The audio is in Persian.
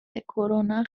کرونا